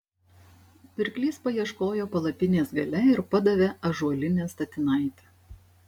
pirklys paieškojo palapinės gale ir padavė ąžuolinę statinaitę